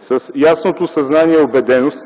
с ясното съзнание и убеденост,